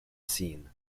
scene